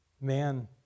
Man